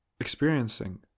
experiencing